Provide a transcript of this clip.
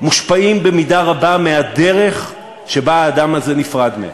מושפעים במידה רבה מהדרך שבה האדם הזה נפרד מהם,